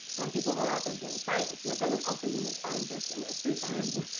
and people who are out there doing science. but it doesn't also mean that scientists in their free time,